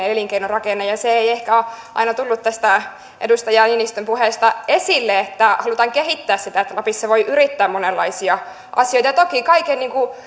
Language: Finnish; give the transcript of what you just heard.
elinkeinorakenne ja se ei ehkä ole aina tullut edustaja niinistön puheesta esille että halutaan kehittää sitä että lapissa voi yrittää monenlaisia asioita toki kaiken